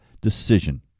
decision